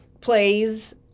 plays